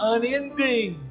Unending